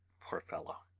poor fellow!